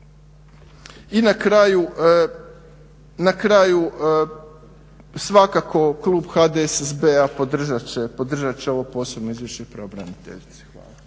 I na kraju svakako klub HDSSB-a podržat će ovo posebno izvješće pravobraniteljice.